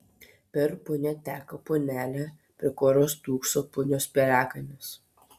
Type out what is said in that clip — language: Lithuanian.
per punią teka punelė prie kurios stūkso punios piliakalnis